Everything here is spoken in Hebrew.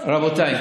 קטן.